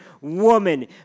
woman